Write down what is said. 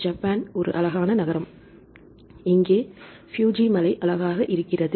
Japan ஒரு அழகான நகரம் இங்கே புஜி மலை அழகாக இருக்கிறது